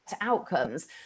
outcomes